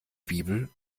bibel